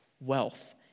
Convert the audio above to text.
wealth